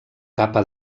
capa